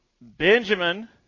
Benjamin